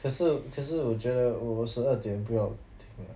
可是可是我觉得我十二点不要听啦